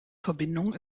verbindung